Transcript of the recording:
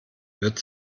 wird